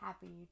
happy